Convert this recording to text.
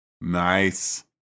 Nice